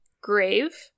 grave